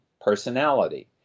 personality